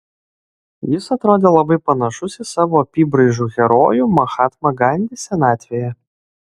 jis atrodė labai panašus į savo apybraižų herojų mahatmą gandį senatvėje